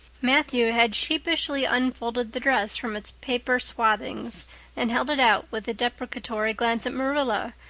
matthew had sheepishly unfolded the dress from its paper swathings and held it out with a deprecatory glance at marilla,